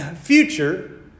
future